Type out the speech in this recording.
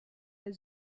der